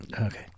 Okay